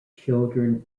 children